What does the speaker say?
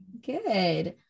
Good